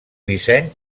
disseny